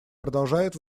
продолжают